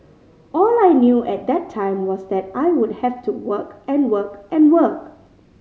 all I knew at that time was that I would have to work and work and work